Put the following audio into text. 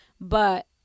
but-